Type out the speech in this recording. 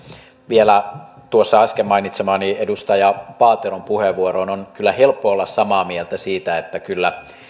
vielä tuossa äsken mainitsemaani edustaja paateron puheenvuoroon on kyllä helppo olla samaa mieltä siitä että kyllä